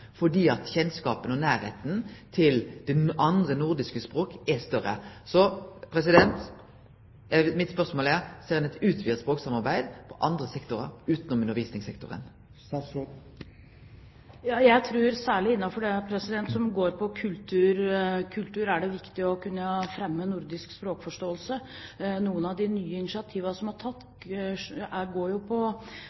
fordi kjennskapen og nærleiken til andre nordiske språk er større. Spørsmålet mitt er: Ser ein for seg eit utvida språksamarbeid i andre sektorar utanom undervisningssektoren? Jeg tror det er viktig å fremme nordisk språkforståelse, særlig innenfor det som går på kultur. Noen av de nye initiativene som er tatt, går bl.a. på nordisk film. Det tror jeg er